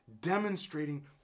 demonstrating